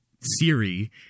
Siri